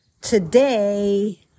today